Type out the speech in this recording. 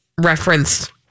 referenced